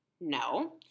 no